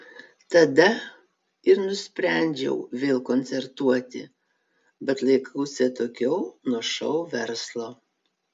tada ir nusprendžiau vėl koncertuoti bet laikausi atokiau nuo šou verslo